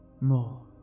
more